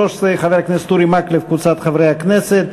של חבר הכנסת אורי מקלב וקבוצת חברי הכנסת.